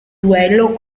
duello